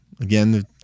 again